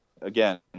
again